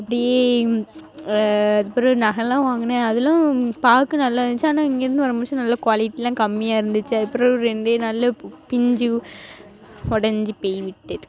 அப்படியே அதுக்கு பிறகு நகைலாம் வாங்கின அதலாம் பார்க்க நல்லா இருந்துச்சு ஆனால் இங்கேயிருந்து வரும் நல்லா குவாலிட்டிலாம் கம்மியாக இருந்துச்சு அப்பறம் ரெண்டே நாளில் பிஞ்சு ஒடைஞ்சி போய் விட்டது